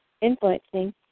influencing